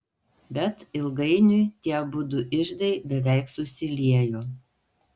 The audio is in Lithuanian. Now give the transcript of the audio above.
bet ilgainiui tie abudu iždai beveik susiliejo